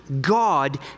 God